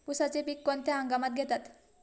उसाचे पीक कोणत्या हंगामात घेतात?